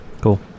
Cool